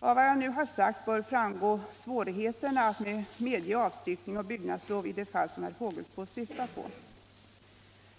Av vad jag nu har sagt bör framgå svårigheterna att medge avstyckning och byggnadslov i de fall som herr Fågelsbo syftar på.